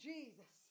Jesus